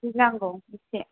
गिनांगौ एसे